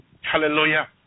hallelujah